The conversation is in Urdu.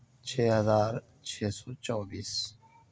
چھ ہزار چھ سو چوبیس